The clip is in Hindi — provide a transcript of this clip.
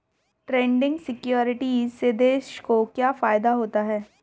ट्रेडिंग सिक्योरिटीज़ से देश को क्या फायदा होता है?